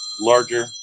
larger